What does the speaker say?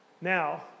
Now